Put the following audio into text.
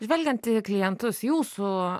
žvelgiant į klientus jūsų